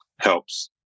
helps